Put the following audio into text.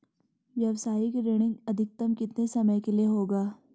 व्यावसायिक ऋण अधिकतम कितने समय के लिए होगा?